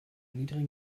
niedrigen